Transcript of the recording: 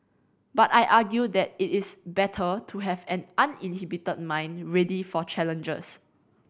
but I argue that it is better to have an uninhibited mind ready for challenges